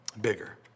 bigger